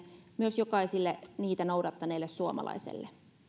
myös jokaiselle niitä noudattaneelle suomalaiselle